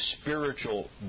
spiritual